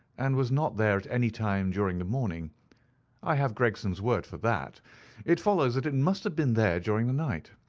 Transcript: and was not there at any time during the morning i have gregson's word for that it follows that it and must have been there during the night,